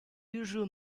usual